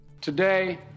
Today